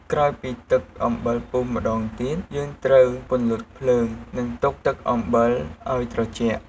ក្រោយពីទឹកអំបិលពុះម្ដងទៀត យើងត្រូវពន្លត់ភ្លើង និងទុកទឹកអំបិលឱ្យត្រជាក់។